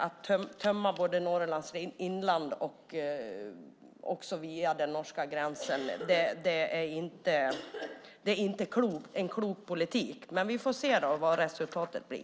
Att tömma Norrlands inland och gränsen mot Norge är inte en klok politik. Men vi får se vad resultatet blir.